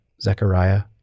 Zechariah